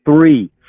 three